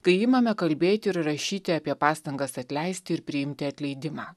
kai imame kalbėti ir rašyti apie pastangas atleisti ir priimti atleidimą